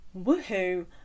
woohoo